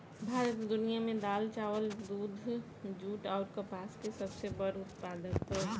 भारत दुनिया में दाल चावल दूध जूट आउर कपास के सबसे बड़ उत्पादक ह